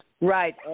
Right